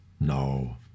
No